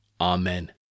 Amen